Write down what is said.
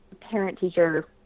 parent-teacher